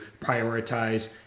prioritize